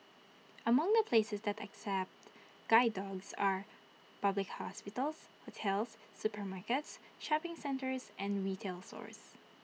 among the places that accept guide dogs are public hospitals hotels supermarkets shopping centres and retail stores